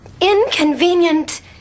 Inconvenient